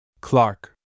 Clark